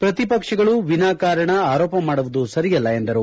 ಪ್ರತಿಪಕ್ಷಗಳು ವಿನಾ ಕಾರಣ ಆರೋಪ ಮಾಡುವುದು ಸರಿಯಲ್ಲ ಎಂದರು